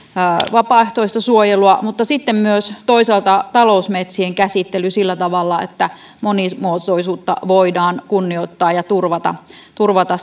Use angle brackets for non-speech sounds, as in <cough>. vapaaehtoista suojelua mutta sitten myös toisaalta on talousmetsien käsittely sillä tavalla että monimuotoisuutta voidaan kunnioittaa ja turvata turvata <unintelligible>